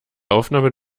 aufnahme